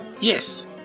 yes